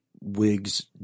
wigs